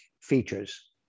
features